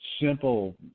Simple